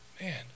Man